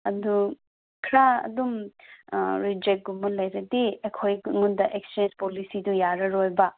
ꯑꯗꯨ ꯈꯔ ꯑꯗꯨꯝ ꯔꯤꯖꯦꯛꯀꯨꯝꯕ ꯂꯩꯔꯗꯤ ꯑꯩꯈꯣꯏꯉꯣꯟꯗ ꯑꯦꯛꯆꯦꯟꯁ ꯄꯣꯂꯤꯁꯤꯗꯣ ꯌꯥꯔꯔꯣꯏꯕ